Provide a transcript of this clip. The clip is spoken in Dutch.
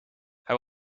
hij